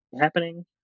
happening